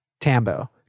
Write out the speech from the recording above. Tambo